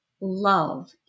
love